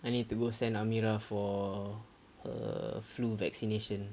I need to go send amira for her flu vaccination